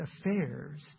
affairs